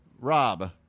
Rob